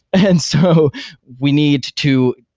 and so we need to,